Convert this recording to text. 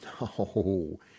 No